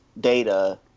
data